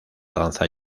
danza